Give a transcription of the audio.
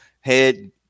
head